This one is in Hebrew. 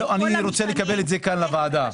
אני רוצה לקבל את זה כאן לוועדה.